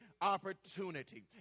opportunity